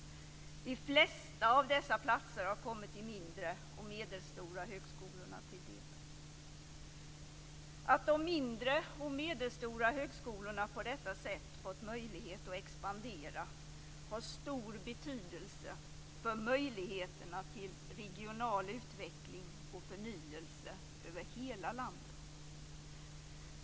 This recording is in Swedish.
De flesta av dessa platser har kommit de mindre och medelstora högskolorna till del. Att de mindre och medelstora högskolorna på detta sätt fått möjlighet att expandera har stor betydelse för möjligheterna till regional utveckling och förnyelse i hela landet.